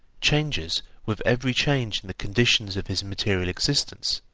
changes with every change in the conditions of his material existence,